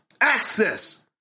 access